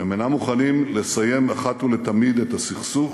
הם אינם מוכנים לסיים אחת ולתמיד את הסכסוך